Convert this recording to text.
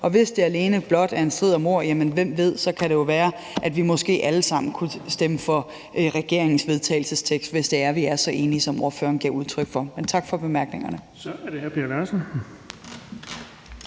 Hvis det blot er en strid om ord, kan det jo være, at vi måske alle sammen kunne stemme for regeringens vedtagelsestekst, altså hvis vi er så enige, som ordføreren giver udtryk for. Hvem ved? Men tak for bemærkningerne.